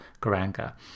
Garanga